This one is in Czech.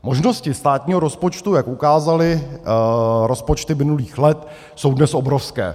Možnosti státního rozpočtu, jak ukázaly rozpočty minulých let, jsou dnes obrovské.